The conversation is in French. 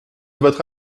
votre